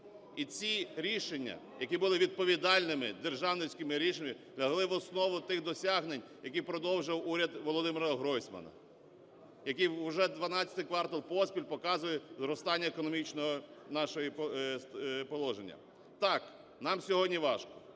І ці рішення, які були відповідальними державницькими рішеннями, лягли в основу тих досягнень, які продовжив уряд Володимира Гройсмана, який уже 12-й квартал поспіль показує зростання економічного нашого положення. Так, нам сьогодні важко,